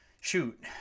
shoot